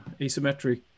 asymmetric